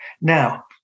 Now